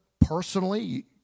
personally